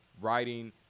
writing